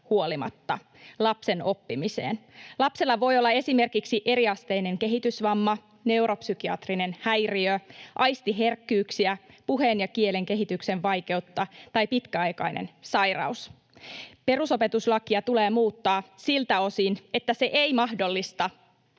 huolimatta lapsen oppimiseen. Lapsella voi olla esimerkiksi eriasteinen kehitysvamma, neuropsykiatrinen häiriö, aistiherkkyyksiä, puheen ja kielen kehityksen vaikeutta tai pitkäaikainen sairaus. Perusopetuslakia tulee muuttaa siltä osin, että se ei mahdollista